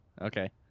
Okay